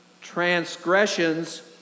transgressions